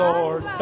Lord